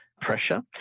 pressure